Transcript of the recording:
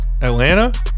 Atlanta